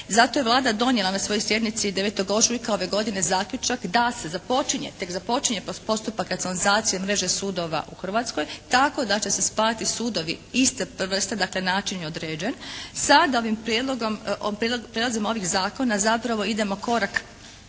Zato je Vlada donijela na svojoj sjednici 9. ožujka ove godine zaključak da se započinje, tek započinje postupak racionalizacije mreže sudova u Hrvatskoj tako da će se spajati sudovi iste vrste, dakle način je određen. Sad ovim prijedlogom, prijedlogom ovih zakona zapravo idemo korak